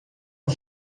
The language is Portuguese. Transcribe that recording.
uma